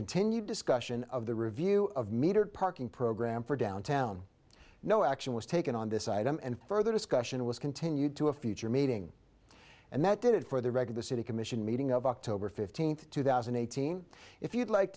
continued discussion of the review of metered parking program for downtown no action was taken on this item and further discussion was continued to a future meeting and that did it for the record the city commission meeting of october fifteenth two thousand and eighteen if you'd like